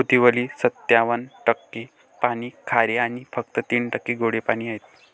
पृथ्वीवरील सत्त्याण्णव टक्के पाणी खारे आणि फक्त तीन टक्के गोडे पाणी आहे